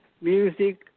music